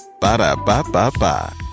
Ba-da-ba-ba-ba